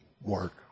work